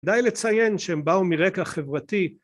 די לציין שהם באו מרקע חברתי